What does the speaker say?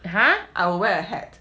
I will wear a hat